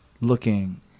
looking